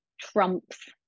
trumps